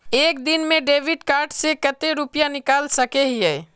एक दिन में डेबिट कार्ड से कते रुपया निकल सके हिये?